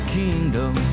kingdom